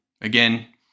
Again